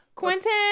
Quentin